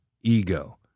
ego